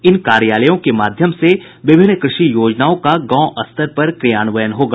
इन कार्यालयों के माध्यम से विभिन्न कृषि योजनाओं का गांव स्तर पर क्रियान्वयन होगा